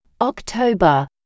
October